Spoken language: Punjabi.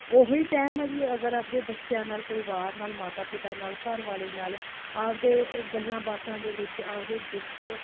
ਉਹ ਹੀ ਟਾਈਮ ਆ ਜੀ ਅਗਰ ਆਪਣੇ ਬੱਚਿਆਂ ਨਾਲ ਪਰਿਵਾਰ ਨਾਲ ਮਾਤਾ ਪਿਤਾ ਨਾਲ ਘਰ ਵਾਲੀ ਨਾਲ ਆਪਣੇ ਗੱਲਾਂ ਬਾਤਾਂ ਦੇ ਵਿੱਚ ਆਪਣੇ ਦੁੱਖ